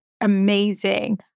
amazing